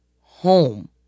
home